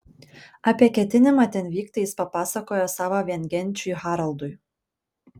apie ketinimą ten vykti jis papasakojo savo viengenčiui haraldui